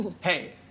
Hey